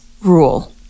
rule